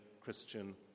Christian